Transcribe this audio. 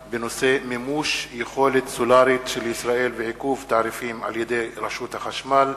מימוש היכולת הסולרית של ישראל ועיכוב תעריפים על-ידי רשות החשמל,